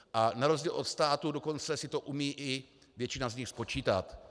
A na rozdíl od státu dokonce si to umí i většina z nich spočítat.